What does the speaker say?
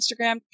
Instagram